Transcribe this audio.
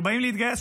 שבאים להתגייס,